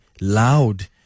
loud